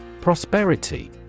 Prosperity